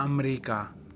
America